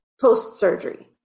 post-surgery